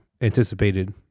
anticipated